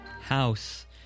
house